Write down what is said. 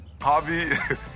hobby